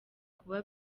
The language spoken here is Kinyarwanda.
kuba